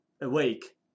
awake